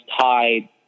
tied